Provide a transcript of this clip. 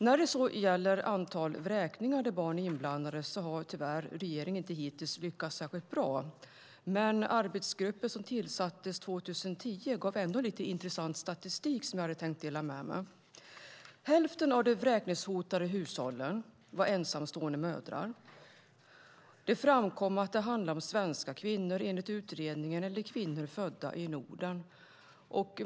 När det gäller antalet vräkningar där barn är inblandade har regeringen tyvärr hittills inte lyckats särskilt bra. Men den arbetsgrupp som tillsattes 2010 gav ändå lite intressant statistik som jag hade tänkt dela med mig av. Hälften av de vräkningshotade hushållen hade ensamstående mödrar. Det framkom, enligt utredningen, att det handlar om svenska kvinnor eller kvinnor födda i Norden.